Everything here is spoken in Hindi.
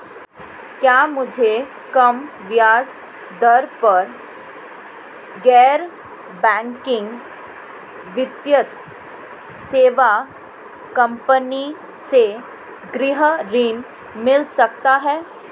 क्या मुझे कम ब्याज दर पर गैर बैंकिंग वित्तीय सेवा कंपनी से गृह ऋण मिल सकता है?